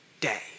day